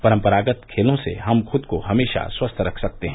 परम्परागत खेलों से हम खुद को हमेशा स्वस्थ रख सकते हैं